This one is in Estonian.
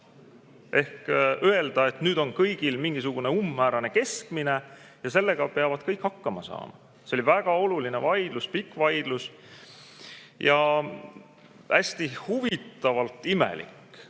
ehk öelda, et nüüd on kõigil mingisugune umbmäärane keskmine ja sellega peavad kõik hakkama saama. See oli väga oluline vaidlus, pikk vaidlus ja hästi huvitavalt imelik